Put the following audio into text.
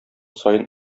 саен